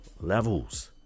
levels